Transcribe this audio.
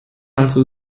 also